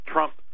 Trump